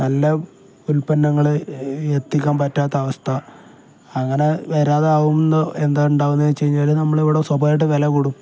നല്ല ഉൽപ്പന്നങ്ങൾ എത്തിക്കാൻ പറ്റാത്ത അവസ്ഥ അങ്ങനെ വരാതാവുമ്പോൾ എന്താണ് ഉണ്ടാവുക എന്ന് വച്ചു കഴിഞ്ഞാൽ നമ്മൾ ഇവിടെ സ്വഭാവികമായിട്ട് വില കൂടും